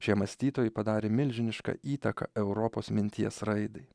šie mąstytojai padarė milžinišką įtaką europos minties raidai